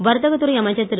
வர்த்தக துறை அமைச்சர் திரு